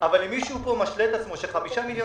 אבל אם מישהו כאן משלה את עצמו שחמישה מיליון